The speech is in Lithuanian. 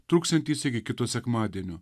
truksiantys iki kito sekmadienio